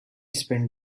spent